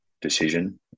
decision